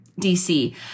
dc